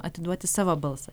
atiduoti savo balsą